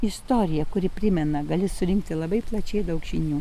istorija kuri primena gali surinkti labai plačiai daug žinių